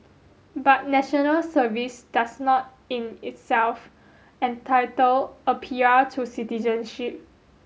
but National Service does not in itself entitle a P R to citizenship